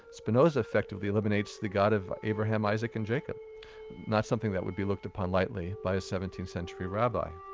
spinoza effectively eliminates the god of abraham, isaac and jacob not something that would be looked upon lightly by a seventeenth century rabbi.